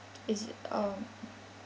it's a